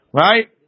Right